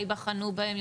ייבחנו בהם,